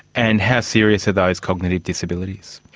and how serious are those cognitive disabilities?